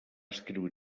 escriure